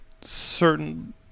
certain